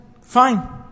Fine